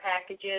packages